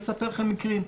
אספר לכם על מקרים.